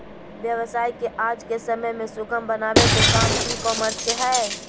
व्यवसाय के आज के समय में सुगम बनावे के काम ई कॉमर्स के हय